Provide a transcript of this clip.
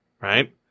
Right